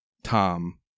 Tom